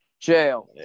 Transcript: Jail